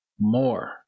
more